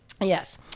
Yes